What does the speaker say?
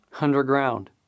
underground